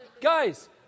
Guys